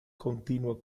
continua